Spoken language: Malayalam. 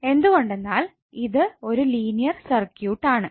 എന്തുകൊണ്ടെന്നാൽ ഇത് ഒരു ലീനിയർ സർക്യൂട്ടാണ്